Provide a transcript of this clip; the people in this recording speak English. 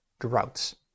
droughts